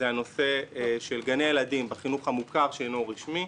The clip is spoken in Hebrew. הנושא של גני ילדים בחינוך המוכר שאינו רשמי.